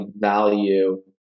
value